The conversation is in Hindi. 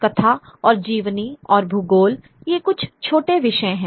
कथा और जीवनी और भूगोल ये कुछ छोटे विषय हैं